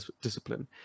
discipline